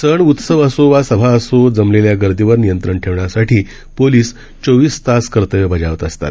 सण उत्सव असो वा सभा असो जमलेल्या गर्दीवर नियंत्रण ठेवण्यासाठी पोलीस चोवीस तास कर्तव्य बजावत असतात